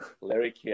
Larry